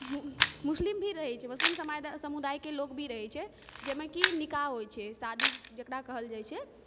मुस्लिम भी रहै छै मुस्लिम समुदायके लोग भी रहै छै जाहिमे कि निकाह होइत छै शादी जकरा कहल जाइत छै